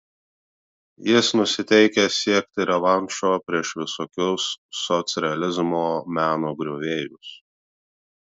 jis nusiteikęs siekti revanšo prieš visokius socrealizmo meno griovėjus